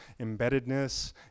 embeddedness